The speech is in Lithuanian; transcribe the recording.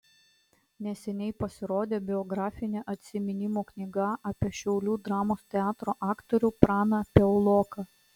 neseniai pasirodė biografinė atsiminimų knyga apie šiaulių dramos teatro aktorių praną piauloką